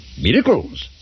Miracles